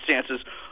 circumstances